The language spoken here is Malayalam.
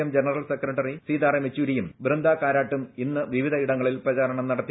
എം ജനറൽ സെക്രട്ടറി സീതാറാം യെച്ചൂരിയും ബൃന്ദാകാരാട്ടും ഇന്ന് വിവിധയിടങ്ങളിൽ പ്രചാരണം നടത്തി